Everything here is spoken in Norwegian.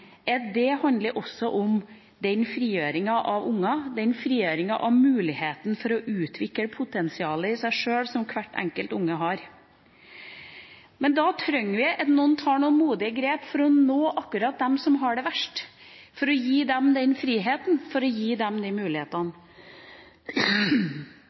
blant barn, handler også om frigjøringa av barn, den frigjøringa av muligheten for å utvikle potensialet i seg sjøl som hvert enkelt barn har. Men da trenger vi at noen tar noen modige grep for å nå akkurat dem som har det verst, for å gi dem den friheten, for å gi dem de mulighetene.